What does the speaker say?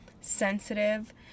sensitive